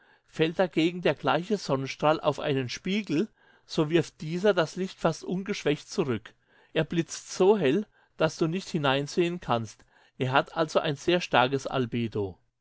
fällt dagegen der gleiche sonnenstrahl auf einen spiegel so wirft dieser das licht fast ungeschwächt zurück er blitzt so hell daß du nicht hineinsehen kannst er hat also ein sehr starkes albedo